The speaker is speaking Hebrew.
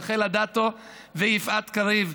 רחל אדטו ויפעת קריב,